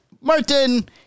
Martin